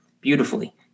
beautifully